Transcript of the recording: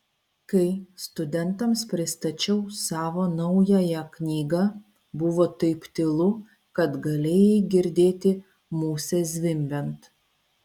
kai studentams pristačiau savo naująją knygą buvo taip tylu kad galėjai girdėti musę zvimbiant